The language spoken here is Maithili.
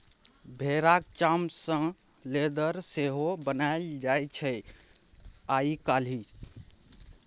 भेराक चाम सँ लेदर सेहो बनाएल जाइ छै आइ काल्हि